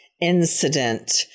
incident